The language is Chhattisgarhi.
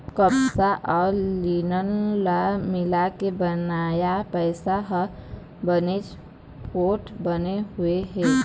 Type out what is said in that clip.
कपसा अउ लिनन ल मिलाके बनाए पइसा ह बनेच पोठ बने हुए हे